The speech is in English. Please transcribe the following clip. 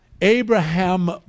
Abraham